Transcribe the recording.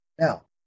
Now